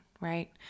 right